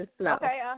Okay